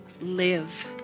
live